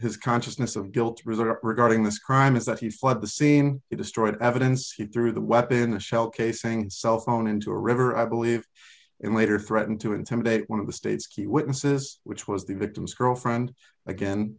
his consciousness of guilt result regarding this crime is that he fled the scene he destroyed evidence he threw the weapon a shell casing cell phone into a river i believe it later threatened to intimidate one of the state's key witnesses which was the victim's girlfriend again